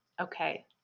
Okay